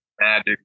magic